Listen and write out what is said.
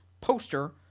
poster